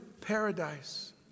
paradise